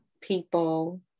people